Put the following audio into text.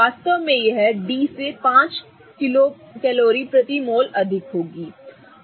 वास्तव में यह D से प्रति मोल 5 किलो कैलोरी अधिक है ठीक है